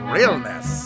Realness